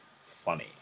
funny